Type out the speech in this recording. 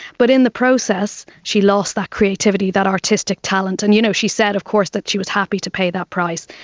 but in the process she lost that creativity, that artistic talent. and you know she said of course that she was happy to pay that price,